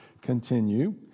continue